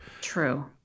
True